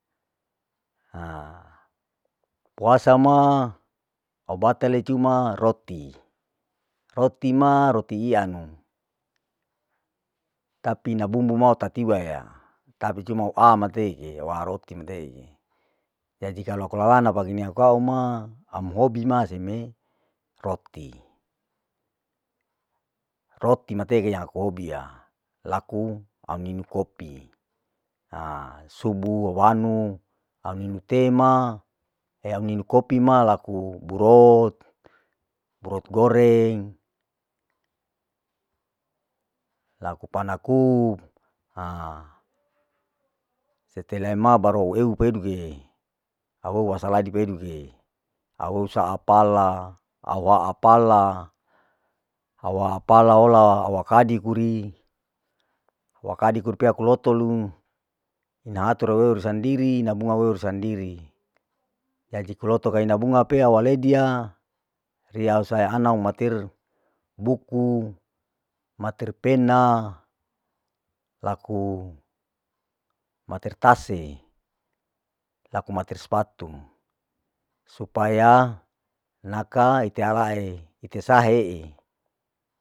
Haa puasa ma au batale cuma roti, roti ma cuma roti ianu, tapi na bumbu ma tatiwaya, tapi cumau amateeke wa roti mateeke, jadi kalu kulala nabagi niu kau ma, am hobi ma seme roti, roti mateeke yang aku hobi ya. laku au ninu kopi, asubu au anu au ninu ninu teh ma he ai ninu kopi ma laku barot, barot goreng, laku panakup haa setelah lemah baru eu peiduke, au ou wasaladi peiduke, au saa pala, au waa pala, au wala pala ola, au wala kadi kuri, warkadi kurpea lotolu, ina hatro woer sandiri, ina bunga woer sandiri, jadi kuloto kauna bunga pea waleidia, riya sayang ana umatir buku, matir pena, laku matir tas'e, laku matir spatu, supaya nakaae ite alae ite sahae.